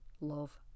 love